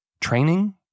training